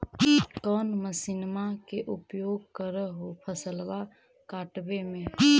कौन मसिंनमा के उपयोग कर हो फसलबा काटबे में?